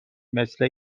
مثل